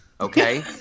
Okay